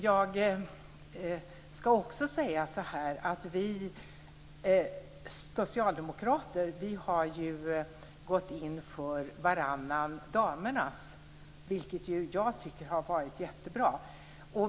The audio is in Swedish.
Jag skall också säga att vi socialdemokrater ju har gått in för varannan damernas, vilket jag tycker har varit jättebra.